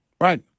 Right